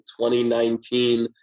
2019